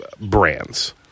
brands